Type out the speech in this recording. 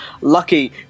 Lucky